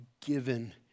given